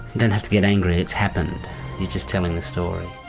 don't have to get angry it's happened, you're just telling the story.